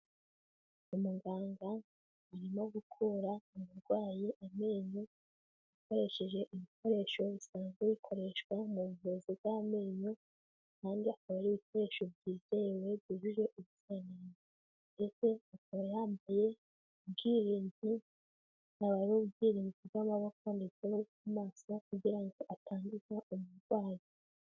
Umuganga arimo gukura umurwayi amenyo, akoresheje ibikoresho bisanzwe bikoreshwa mu buvuzi bw'amenyo kandi akaba ari ibikoresho byizewe byujuje ubuziranenge ndetse akaba yambaye ubwirinzi, byaba ari ubwirinzi bw'amaboko ndetse no kumaso, kugirango atanduza umurwayi.